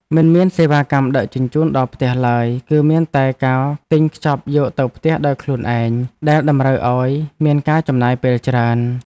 មិនមានសេវាកម្មដឹកជញ្ជូនដល់ផ្ទះឡើយ គឺមានតែការទិញខ្ចប់យកទៅផ្ទះដោយខ្លួនឯងដែលតម្រូវឱ្យមានការចំណាយពេលច្រើន។